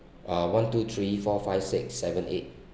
uh one two three four five six seven eight